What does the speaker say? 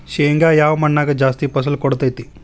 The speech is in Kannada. ಶೇಂಗಾ ಯಾವ ಮಣ್ಣಾಗ ಜಾಸ್ತಿ ಫಸಲು ಕೊಡುತೈತಿ?